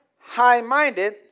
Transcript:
High-minded